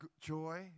joy